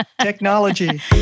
Technology